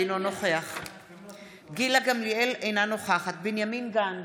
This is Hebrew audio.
אינו נוכח גילה גמליאל, אינה נוכחת בנימין גנץ,